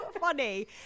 funny